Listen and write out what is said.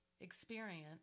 experience